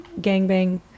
gangbang